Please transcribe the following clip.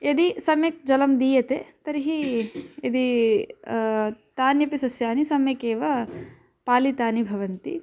यदि सम्यक् जलं दीयते तर्हि यदि तान्यपि सस्यानि सम्यक् एव पालितानि भवन्ति